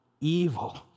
evil